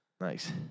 nice